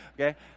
Okay